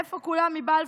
איפה כולם מבלפור?